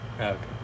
Okay